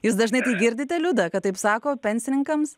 jūs dažnai tai girdite liuda kad taip sako pensininkams